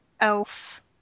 elf